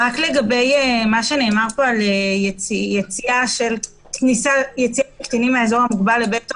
לגבי מה שנאמר על יציאה של קטינים מהאזור המוגבל לבית הוריהם,